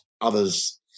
others